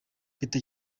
bita